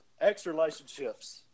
Ex-relationships